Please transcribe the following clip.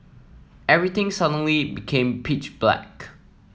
everything suddenly became pitch black